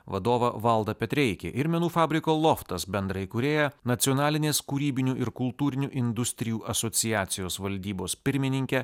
vadovą valdą petreikį ir menų fabriko loftas bendraįkūrėją nacionalinės kūrybinių ir kultūrinių industrijų asociacijos valdybos pirmininkę